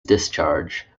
discharge